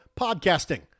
podcasting